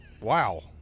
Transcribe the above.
Wow